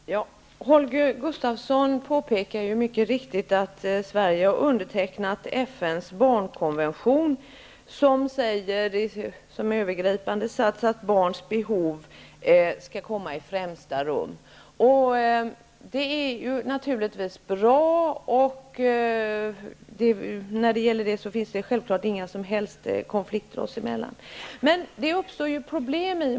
Fru talman! Holger Gustafsson påpekade mycket riktigt att Sverige har undertecknat FN:s barnkonvention, som i sin övergripande sats säger att barns behov skall sättas i främsta rummet. Det är naturligtvis bra. När det gäller det finns det självfallet inga som helst meningsskiljaktigheter oss emellan.